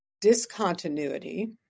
discontinuity